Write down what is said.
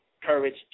courage